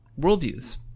worldviews